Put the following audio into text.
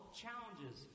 challenges